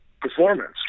performance